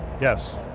Yes